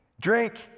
drink